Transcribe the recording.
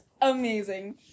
amazing